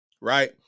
right